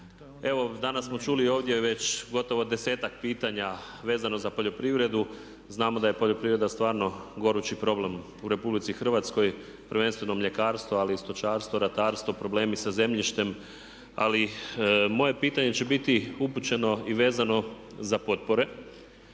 Evo danas smo čuli ovdje već gotovo 10ak pitanja vezano za poljoprivredu. Znamo da je poljoprivreda stvarno gorući problem u RH, prvenstveno mljekarstvo ali i stočarstvo, ratarstvo, problemi sa zemljištem. Ali, moje pitanje će biti upućeno i vezano za potpore.